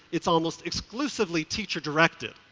it's almost exclusively teacher directed.